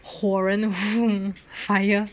火人 fire